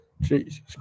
Jesus